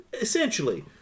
essentially